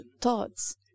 thoughts